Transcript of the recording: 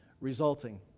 resulting